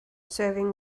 serving